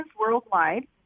worldwide